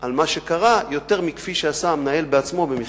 על מה שקרה יותר מכפי שעשה המנהל בעצמו במכתבו.